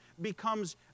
becomes